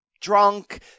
drunk